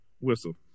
whistle